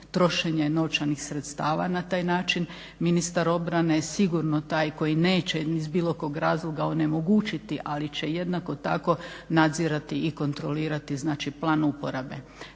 trošenje novčanih sredstava na taj način ministar obrane je sigurno taj koji neće ni iz bilo kog razloga onemogućiti ali će jednako tako nadzirati i kontrolirati plan uporabe.